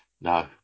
no